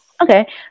Okay